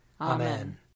Amen